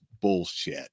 bullshit